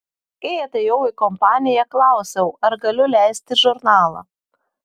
kai atėjau į kompaniją klausiau ar galiu leisti žurnalą